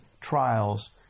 trials